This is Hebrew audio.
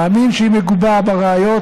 מאמין שהיא מגובה בראיות,